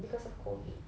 cause of COVID